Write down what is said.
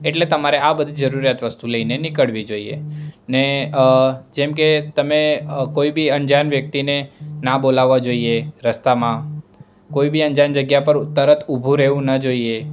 એટલે તમારે આ બધી જરૂરિયાત વસ્તુઓ લઈને નીકળવી જોઈએ ને જેમ કે તમે કોઈ અંજાન વ્યક્તિને ના બોલવવા જોઈએ રસ્તામાં કોઈ બી અંજાન જગ્યા પર તરત ઉભું રહેવું ન જોઈએ